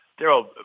Daryl